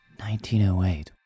1908